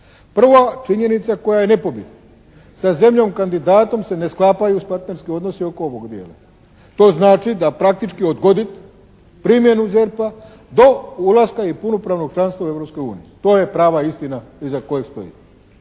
Prva činjenica koja je nepobitna, sa zemljom kandidatom se ne sklapaju partnerski odnosi oko ovoga dijela. To znači da praktički odgodit primjenu ZERP-a do ulaska i punopravnog članstva u Europskoj uniji. To je prava istina iza kojeg stoji.